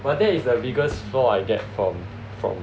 but that is the biggest flaw I get from from